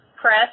press